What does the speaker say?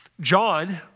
John